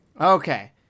Okay